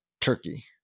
Turkey